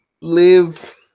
live